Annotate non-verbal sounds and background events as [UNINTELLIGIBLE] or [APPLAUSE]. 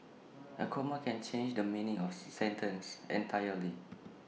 A comma can change the meaning of [UNINTELLIGIBLE] sentence entirely